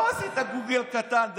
לא עשית גוגל קטן.